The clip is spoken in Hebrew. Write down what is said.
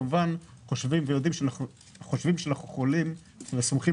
אנחנו כמובן חושבים שאנחנו יכולים וסומכים